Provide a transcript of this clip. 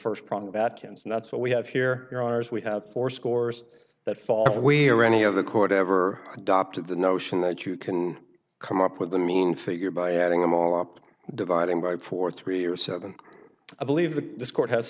first prong of atkins and that's what we have here are ours we have for scores that fall if we are any of the court ever dop to the notion that you can come up with a mean figure by adding them all up dividing by four three or seven i believe that this court has